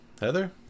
Heather